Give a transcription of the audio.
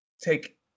take